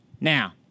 Now